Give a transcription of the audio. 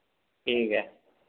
ठीक ऐ